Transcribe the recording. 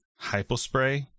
hypospray